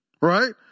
Right